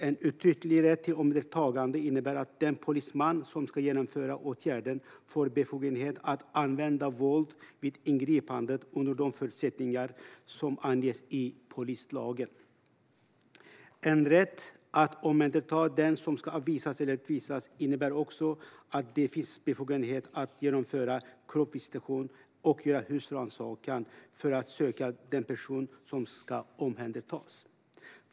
En uttrycklig rätt till omhändertagande innebär att den polisman som ska genomföra åtgärden får befogenhet att använda våld vid ingripandet under de förutsättningar som anges i polislagen. En rätt att omhänderta den som ska avvisas eller utvisas innebär också att det finns en befogenhet att genomföra kroppsvisitation och göra husrannsakan för att söka den person som ska omhändertas.